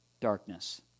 darkness